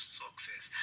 success